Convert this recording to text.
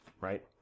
right